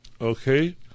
Okay